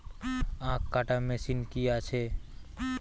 আখ কাটা মেশিন কি আছে?